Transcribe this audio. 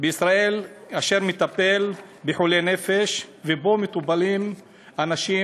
בישראל אשר מטפל בחולי נפש ובו מטופלים אנשים